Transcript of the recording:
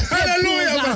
Hallelujah